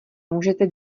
můžete